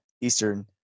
Eastern